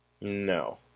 no